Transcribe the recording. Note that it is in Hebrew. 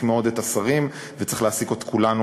מאוד את השרים וצריך להעסיק את כולנו,